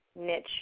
niche